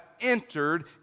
entered